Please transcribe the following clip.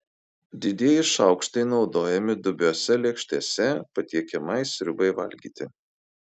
didieji šaukštai naudojami dubiose lėkštėse patiekiamai sriubai valgyti